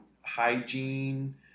hygiene